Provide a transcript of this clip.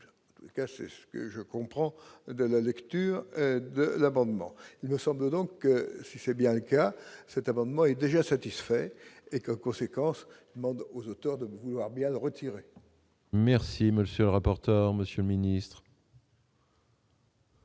de lieux de culte, ce que je comprends de la lecture de l'abonnement, nous sommes donc si c'est bien le cas, cet amendement est déjà satisfait et quelles conséquences demande aux auteurs de vouloir bien retirer. Merci, monsieur le rapporteur, monsieur le Ministre.